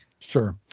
Sure